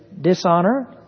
dishonor